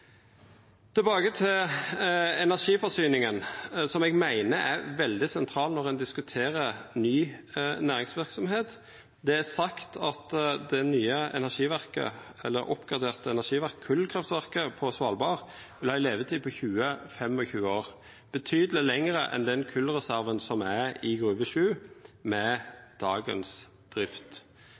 Tilbake til energiforsyninga, som eg meiner er veldig sentral når ein diskuterer ny næringsverksemd. Det er sagt at det forbetra kolkraftverket på Svalbard vil ha ei levetid på 20–25 år, betydeleg lenger enn den kolreserven som er i Gruve 7, med dagens drift.